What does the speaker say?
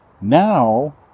now